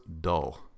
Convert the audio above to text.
dull